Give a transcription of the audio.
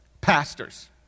pastors